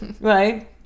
right